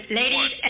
ladies